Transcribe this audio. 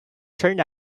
turned